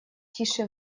тиши